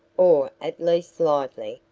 or at least lively,